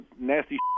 nasty